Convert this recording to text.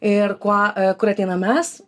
ir kuo kur ateinam mes